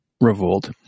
revolt